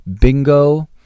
bingo